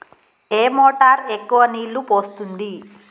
ఏ motor ఎక్కువ నీళ్లు పోస్తుంది?